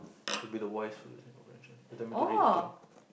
to be the voice for listening comprehension they tell me to read the thing